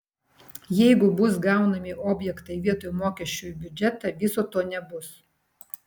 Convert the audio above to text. jeigu bus gaunami objektai vietoj mokesčių į biudžetą viso to nebus